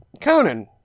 conan